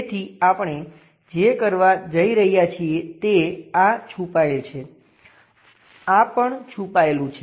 તેથી આપણે જે કરવા જઈ રહ્યા છીએ તે આ છુપાયેલ છે આ પણ છુપાયેલું છે